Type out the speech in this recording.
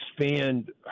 expand